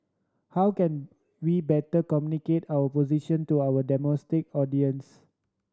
how can we better communicate our position to our domestic audience